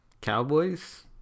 cowboys